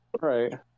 Right